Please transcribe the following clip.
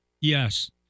Yes